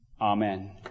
Amen